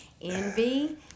envy